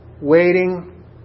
waiting